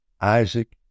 Isaac